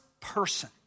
person